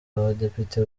abadepite